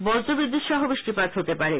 বজ্র বিদ্যুৎসহ বৃষ্টিপাত হতে পারে